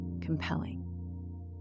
compelling